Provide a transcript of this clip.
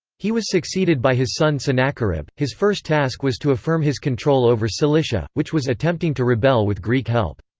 he was succeeded by his son sennacherib his first task was to affirm his control over cilicia, which was attempting to rebel with greek help.